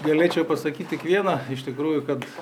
galėčiau pasakyt tik vieną iš tikrųjų kad